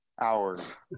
hours